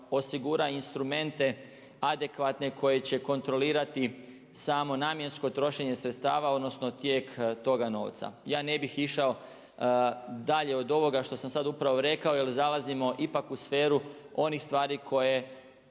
osigura instrumente adekvatne koji će kontrolirati samo namjensko trošenje sredstava, odnosno tijek toga novca. Ja ne bih išao dalje od ovoga što sam sad upravo rekao, jer zalazimo ipak u sferu onih stvari koje